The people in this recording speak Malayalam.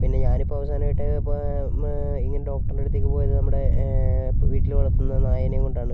പിന്നെ ഞാനിപ്പോൾ അവസാനമായിട്ട് ഇപ്പോൾ ഇങ്ങനെ ഡോക്ടറിൻ്റടുത്തേയ്ക്ക് പോയത് നമ്മുടെ വീട്ടിൽ വളർത്തുന്ന നായേനേം കൊണ്ടാണ്